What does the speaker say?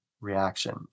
reaction